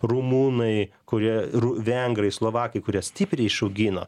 rumunai kurie ru vengrai slovakai kurie stipriai išaugino